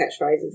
catchphrases